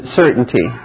certainty